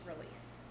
release